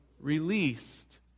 Released